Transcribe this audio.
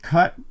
cut